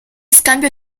scambio